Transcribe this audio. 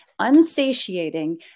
unsatiating